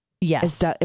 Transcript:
Yes